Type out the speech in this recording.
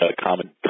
common